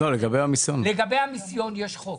לגבי המיסיון יש חוק.